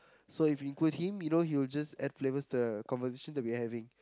so if we include him you know he will just add flavors to the conversation that we're having